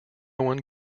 one